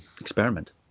experiment